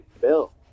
bill